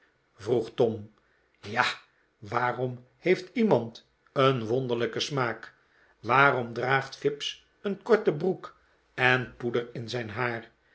vroeg tom ja waarom heeft iemand een wonderlijken smaak waarom draagt fips een korte broek en poeder in zijn haar